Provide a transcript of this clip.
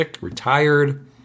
Retired